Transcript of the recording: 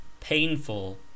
Painful